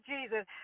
Jesus